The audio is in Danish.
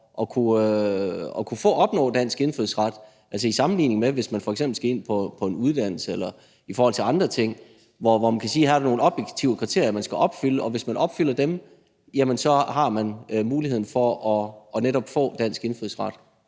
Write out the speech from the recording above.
at kunne opnå dansk indfødsret, i sammenligning med hvis man f.eks. skal ind på en uddannelse eller andre ting, altså hvor man kan sige, at der er nogle objektive kriterier, folk skal opfylde, og at hvis de opfylder dem, så har de mulighed for netop at få dansk indfødsret.